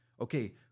Okay